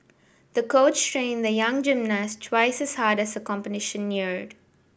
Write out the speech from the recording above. the coach trained the young gymnast twice as hard as the competition neared